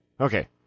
Okay